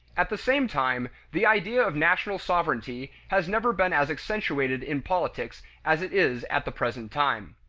at the same time, the idea of national sovereignty has never been as accentuated in politics as it is at the present time.